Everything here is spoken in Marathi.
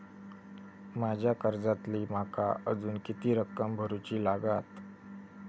माझ्या कर्जातली माका अजून किती रक्कम भरुची लागात?